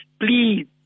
please